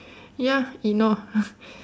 ya ignore